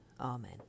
Amen